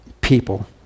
people